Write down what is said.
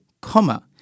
comma